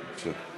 משפט סיכום ממש.